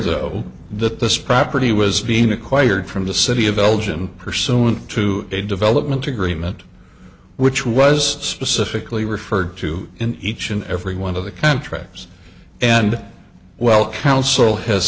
though that this property was being acquired from the city of belgian pursuant to a development agreement which was specifically referred to in each and every one of the contractors and well council has